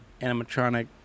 animatronic